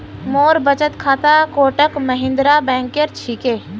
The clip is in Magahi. मोर बचत खाता कोटक महिंद्रा बैंकेर छिके